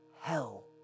hell